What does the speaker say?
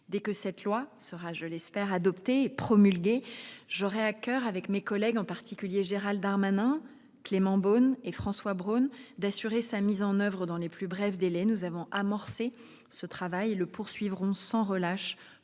Dès que cette loi sera- je l'espère -adoptée et promulguée, j'aurai à coeur, avec mes collègues, en particulier Gérald Darmanin, Clément Beaune et François Braun, d'assurer sa mise en oeuvre dans les plus brefs délais. Nous avons amorcé ce travail et le poursuivrons sans relâche